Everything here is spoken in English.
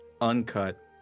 uncut